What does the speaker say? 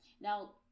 Now